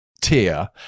Tier